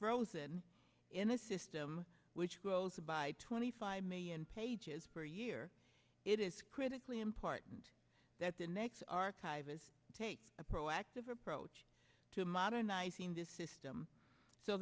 frozen in a system which grows by twenty five million pages per year it is critically important that the next archivist take a proactive approach to modernizing this system so